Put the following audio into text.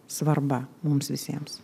svarbą mums visiems